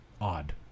odd